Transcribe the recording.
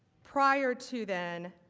prior to then,